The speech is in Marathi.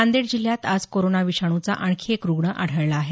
नांदेड जिल्ह्यात आज कोरोना विषाणूचा आणखी एक रूग्ण आढळला आहे